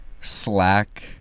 slack-